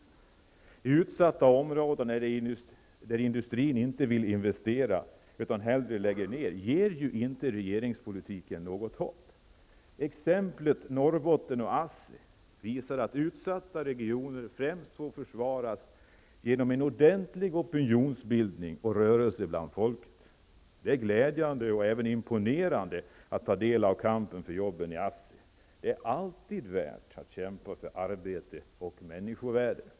I utsatta områden där industrin inte vill investera utan hellre lägger ned ger ju inte regeringspolitiken något hopp. Exemplet från Norrbotten och ASSI visar att utsatta regioner främst får försvaras genom en ordentlig opinionsbildning och rörelse bland folket. Det är glädjande och även imponerande att ta del av kampen för jobben i ASSI. Det är alltid värt att kämpa för arbete och människovärde.